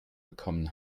bekommen